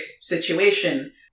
situation